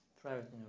Private